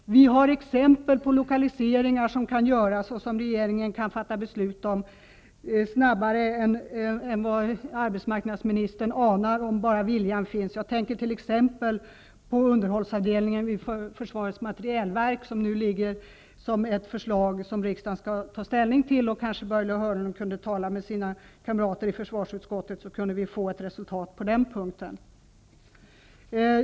Vi har exempel på lokaliseringar som kan göras och som regeringen kan fatta beslut om snabbare än vad arbetsmarknadsministern anar, om bara viljan finns. Jag tänker t.ex. på underhållsavdelningen vid försvarets materielverk, som nu ingår i ett förslag som riksdagen skall ta ställning till. Om Börje Hörnlund talade med sina kamrater i försvarsutskottet kunde vi kanske få ett resultat på den punkten.